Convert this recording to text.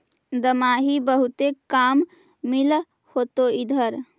दमाहि बहुते काम मिल होतो इधर?